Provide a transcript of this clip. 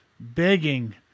begging